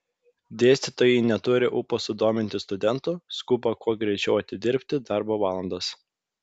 dėstytojai neturi ūpo sudominti studentų skuba kuo greičiau atidirbti darbo valandas